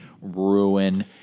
ruin